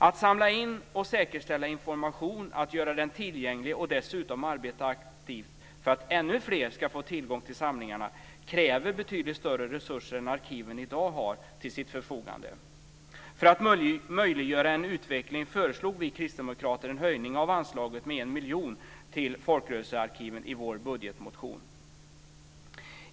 Att samla in och säkerställa information, att göra den tillgänglig och dessutom arbeta aktivt för att ännu fler ska få tillgång till samlingarna kräver betydligt större resurser än arkiven i dag har till sitt förfogande. För att möjliggöra en utveckling föreslog vi kristdemokrater en höjning av anslaget med 1 miljon till folkrörelsearkiven i vår budgetmotion.